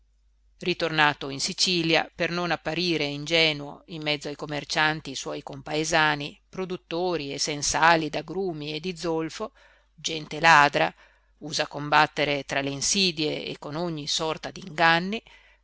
ritornato in sicilia per non apparire ingenuo in mezzo ai commercianti suoi compaesani produttori e sensali d'agrumi e di zolfo gente ladra usa a combattere tra le insidie e con ogni sorta d'inganni